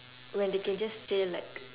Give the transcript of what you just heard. when they can just say like